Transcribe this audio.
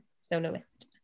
soloist